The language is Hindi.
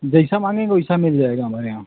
जैसा माँगेंगे वैसा मिल जाएगा हमारे यहाँ